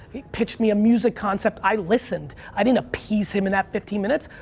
he pitched me a music concept. i listened. i didn't appease him in that fifteen minutes.